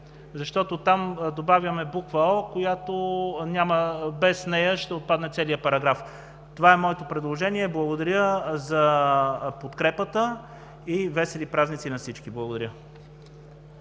защото там добавяме буква „о“. Без нея ще отпадне целият параграф. Това е моето предложение. Благодаря за подкрепата. Весели празници на всички!